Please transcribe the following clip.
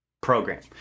program